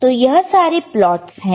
तो यह सारे प्लॉटस है